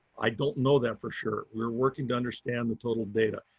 i don't know that for sure. we're working to understand the total data.